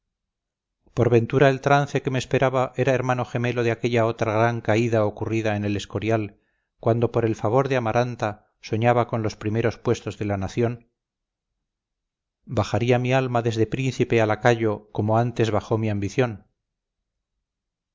por ventura el trance que me esperaba era hermano gemelo de aquella otra gran caída ocurrida en el escorial cuando por el favor de amaranta soñaba con los primeros puestos de la nación bajaría mi alma desde príncipe a lacayo como poco antes bajó mi ambición